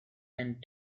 and